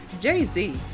Jay-Z